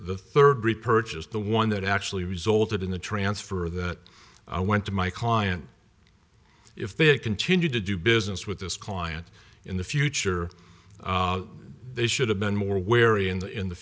the third repurchase the one that actually resulted in the transfer that i went to my client if they continued to do business with this client in the future they should have been more wary in the